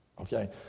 Okay